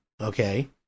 Okay